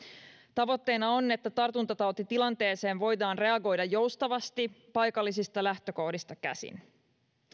tavoitteena on että tartuntatautitilanteeseen voidaan reagoida joustavasti paikallisista lähtökohdista käsin